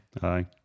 hi